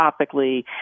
topically